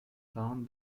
bound